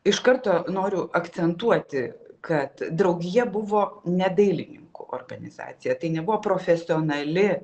iš karto noriu akcentuoti kad draugija buvo ne dailininkų organizacija tai nebuvo profesionali